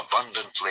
abundantly